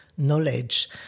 Knowledge